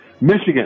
Michigan